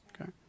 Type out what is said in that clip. okay